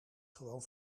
gewoon